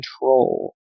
control